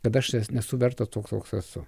kad aš nesu vertas toks koks esu